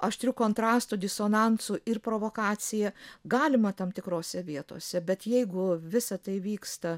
aštriu kontrastu disonansu ir provokacija galima tam tikrose vietose bet jeigu visa tai vyksta